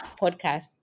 podcast